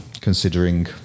considering